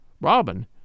Robin